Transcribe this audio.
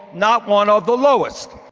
not one of the lowest.